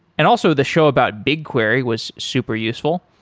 and also the show about bigquery was super useful.